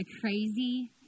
crazy